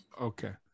Okay